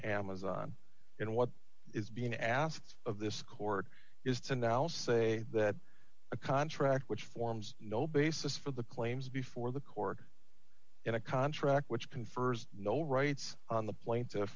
amazon in what is being asked of this court is to now say that a contract which forms no basis for the claims before the court in a contract which confers no rights on the pla